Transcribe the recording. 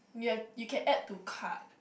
ya you can add to cart